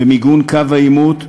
במיגון קו העימות,